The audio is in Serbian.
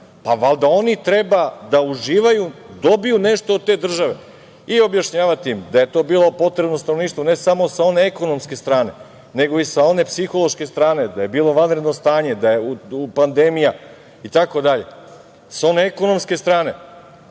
valjda oni treba da uživaju, dobiju nešto od te države i objašnjavati im da je to bila potreba stanovništvu, ne samo sa one ekonomske strane, nego i sa one psihološke strane, da je bilo vanredno stanje, da je pandemija itd. Sa one ekonomske strane,